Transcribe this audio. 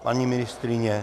Paní ministryně?